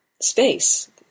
space